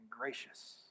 gracious